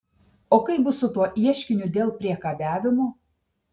o kaip bus su tuo ieškiniu dėl priekabiavimo